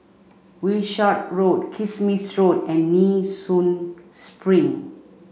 Wishart Road Kismis Road and Nee Soon Spring